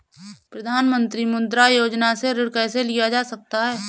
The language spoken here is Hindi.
प्रधानमंत्री मुद्रा योजना से ऋण कैसे लिया जा सकता है?